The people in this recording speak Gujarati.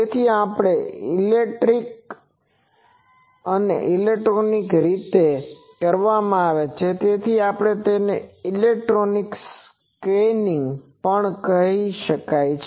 તેથી આ ઇલેક્ટ્રોનિક રીતે કરવામાં આવે છે તેથી તેને ઇલેક્ટ્રોનિક સ્કેનીંગ પણ કહેવામાં આવે છે